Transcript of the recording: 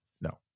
No